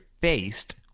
faced